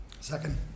Second